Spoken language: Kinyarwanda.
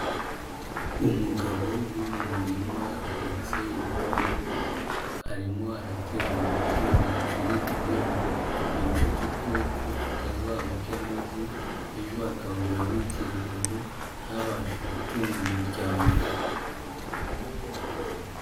Umugabo uri mu murima ahetse ipombo arimo aratera umuti umuceri kugira ngo yice udukoko tutazawurya maze ejo agahura n'igihombo ntabashe gutunga umuryango we.